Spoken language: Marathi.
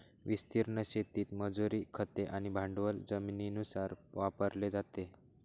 विस्तीर्ण शेतीत मजुरी, खते आणि भांडवल जमिनीनुसार वापरले जाते